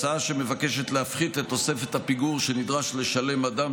הצעה שמבקשת להפחית את תוספת הפיגור שנדרש לשלם אדם